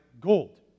gold